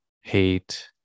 hate